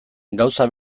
gauza